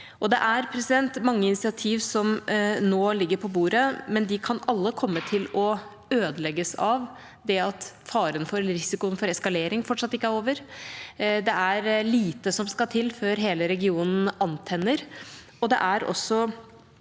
Det er mange initiativ som nå ligger på bordet, men de kan alle komme til å ødelegges av at risikoen for eskalering fortsatt ikke er over. Det er lite som skal til før hele regionen antenner.